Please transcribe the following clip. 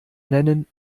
nennen